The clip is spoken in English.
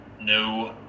No